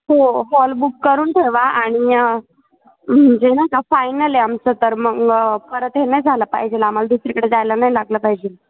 हो hall book करून ठेवा आणि म्हणजे ना का फायनल आहे आमचं तर मग परत हे नाही झालं पाहिजेल आम्हाला दुसरीकडे जायला नाही लागलं पाहिजेल